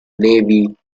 navy